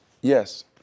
Yes